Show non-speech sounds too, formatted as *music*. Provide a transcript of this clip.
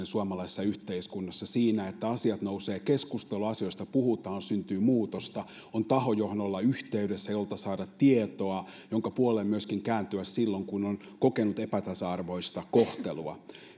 *unintelligible* suomalaisessa yhteiskunnassa siinä että asiat nousevat keskusteluun asioista puhutaan syntyy muutosta on taho johon olla yhteydessä jolta saada tietoa jonka puoleen myöskin kääntyä silloin kun on kokenut epätasa arvoista kohtelua